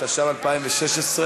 התשע"ו 2016,